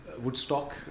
Woodstock